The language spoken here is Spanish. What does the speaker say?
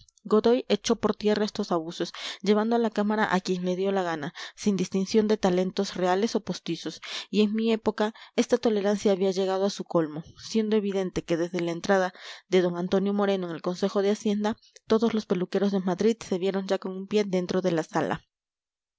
godoy echó por tierra estos abusos llevando a la cámara a quien le dio la gana sin distinción de talentos reales o postizos y en mi época esta tolerancia había llegado a su colmo siendo evidente que desde la entrada de d antonio moreno en el consejo de hacienda todos los peluqueros de madrid se vieron ya con un pie dentro de la sala